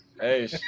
hey